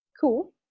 Cool